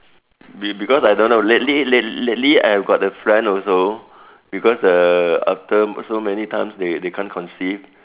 be~ because I don't know lately lately I got a friend also because the after so many times they can't conceive